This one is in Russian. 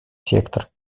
сектор